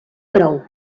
prou